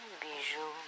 bijou